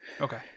Okay